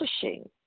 pushing